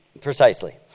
Precisely